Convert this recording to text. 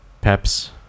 peps